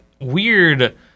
weird